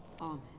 Amen